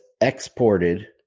exported